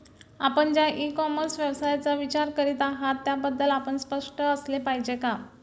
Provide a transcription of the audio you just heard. आपण ज्या e commerce व्यवसायाचा विचार करीत आहात त्याबद्दल आपण स्पष्ट असले पाहिजे का?